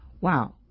wow